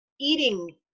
eating